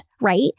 Right